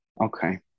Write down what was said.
Okay